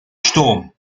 sturm